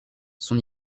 son